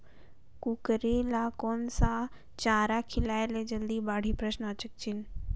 कूकरी ल कोन सा चारा खिलाय ल जल्दी बाड़ही?